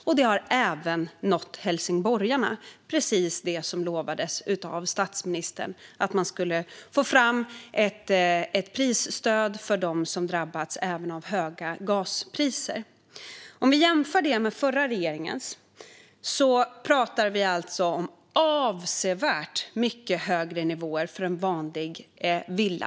Det har även nått helsingborgarna. Det var precis det statsministern lovade, att man skulle få fram ett prisstöd för dem som drabbats även av höga gaspriser. Om vi jämför med den förra regeringens förslag pratar vi om avsevärt mycket högre nivåer för en vanlig villa.